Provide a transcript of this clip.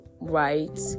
right